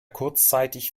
kurzzeitig